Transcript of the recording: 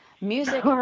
music